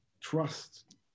trust